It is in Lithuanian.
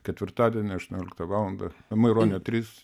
ketvirtadienį aštuonioliktą valandą maironio trys